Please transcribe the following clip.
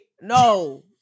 No